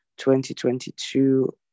2022